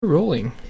rolling